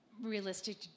Realistic